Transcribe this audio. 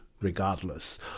regardless